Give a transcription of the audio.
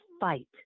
fight